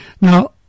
Now